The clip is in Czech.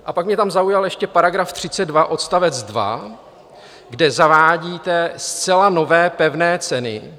A pak mě tam zaujal ještě § 32, odst. 2, kde zavádíte zcela nové pevné ceny.